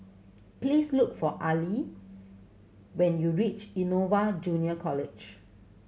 please look for Allie when you reach Innova Junior College